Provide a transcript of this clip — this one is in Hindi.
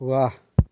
वाह